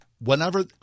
whenever